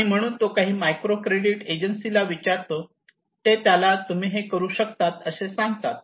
आणि म्हणून तो काही मायक्रो क्रेडिट एजन्सी ला विचारतो आणि ते त्याला तुम्ही हे करू शकतात असे सांगतात